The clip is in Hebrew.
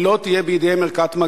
ולא תהיה בידיהם ערכת מגן.